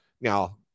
Now